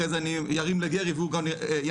אחרי זה אני ארים לגרי והוא גם ינחית.